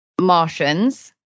Martians